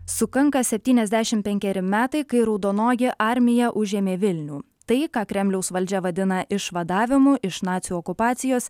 sukanka septyniasdešim penkeri metai kai raudonoji armija užėmė vilnių tai ką kremliaus valdžia vadina išvadavimu iš nacių okupacijos